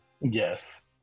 yes